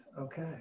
Okay